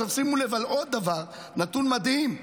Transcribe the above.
שימו לב לעוד דבר, נתון מדהים.